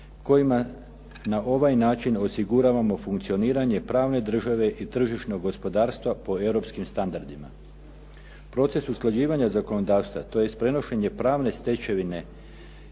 kojima na ovaj način osiguravamo funkcioniranje pravne države i tržišnog gospodarstva po europskim standardima. Proces usklađivanja zakonodavstva, tj. prenošenje pravne stečevine